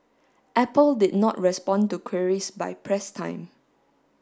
apple did not respond to queries by press time